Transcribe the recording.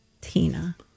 tina